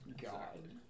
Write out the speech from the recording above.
God